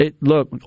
Look